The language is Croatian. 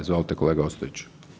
Izvolite kolega Ostojić.